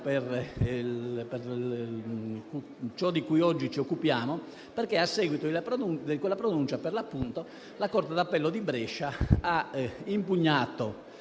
per ciò di cui oggi ci occupiamo, perché a seguito di quella pronuncia, per l'appunto, la corte d'appello di Brescia ha impugnato